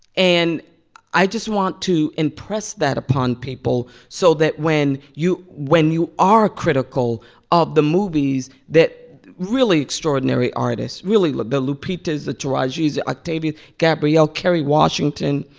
and i just want to impress that upon people so that when you when you are critical of the movies that really extraordinary artists really, like the lupitas, the tarajis, octavia, gabrielle, kerry washington,